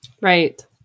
right